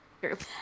group